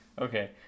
Okay